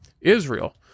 Israel